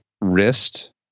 wrist